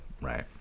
Right